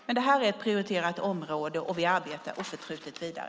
Men detta är ett prioriterat område, och vi arbetar oförtrutet vidare.